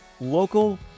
local